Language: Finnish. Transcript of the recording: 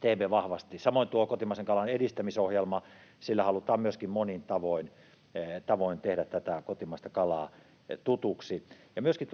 teemme vahvasti. Samoin tuolla kotimaisen kalan edistämisohjelmalla halutaan monin tavoin tehdä kotimaista kalaa tutuksi. Myöskin